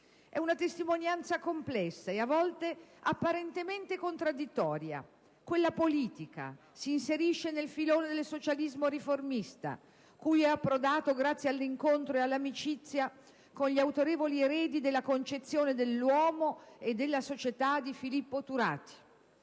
É una testimonianza complessa e a volte, apparentemente, contraddittoria. Quella politica si inserisce nel filone del socialismo riformista, cui approdò grazie all'incontro e all'amicizia con gli autorevoli eredi della concezione dell'uomo e della società di Filippo Turati.